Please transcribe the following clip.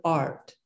art